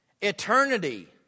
Eternity